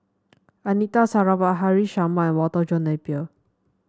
Anita Sarawak Haresh Sharma and Walter John Napier